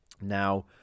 Now